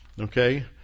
Okay